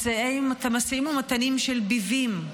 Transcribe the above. משאים ומתנים של ביבים,